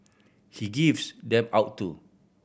he gives them out too